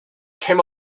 came